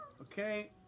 Okay